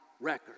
record